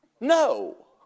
No